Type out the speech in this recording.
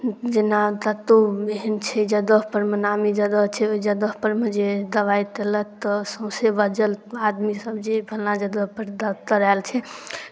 जेना दतौ एहन छै जदहपर मे नामी जदह छै ओहि जदहपर मे जे दवाइ तेलक तऽ सौँसै बाजल आदमीसभ जे फल्लाँ जगहपर डॉक्टर आयल छै